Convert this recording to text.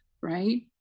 right